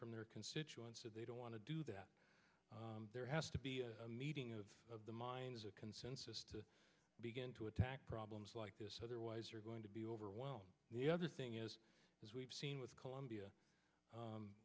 from their constituents that they don't want to do that there has to be a meeting of the minds a consensus to begin to attack problems like this otherwise you're going to be overwhelmed the other thing is as we've seen with colombia